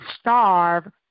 starve